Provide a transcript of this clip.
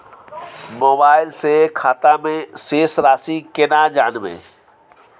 Mobile से खाता में शेस राशि केना जानबे?